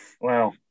Wow